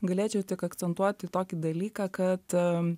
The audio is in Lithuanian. galėčiau tik akcentuoti į tokį dalyką kad